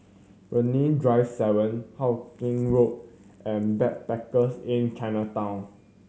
Brani Drive Seven Hawkinge Road and Backpackers Inn Chinatown